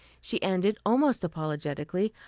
she ended, almost apologetically,